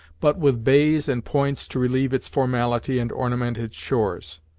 but with bays and points to relieve its formality and ornament its shores.